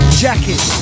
jacket